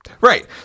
right